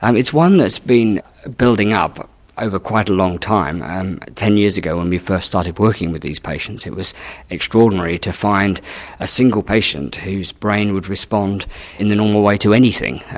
um it's one that's been building up over quite a long time and ten years ago when we first started working with these patients it was extraordinary to find a single patient whose brain would respond in the normal way to anything.